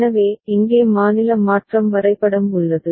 எனவே இங்கே மாநில மாற்றம் வரைபடம் உள்ளது